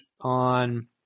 on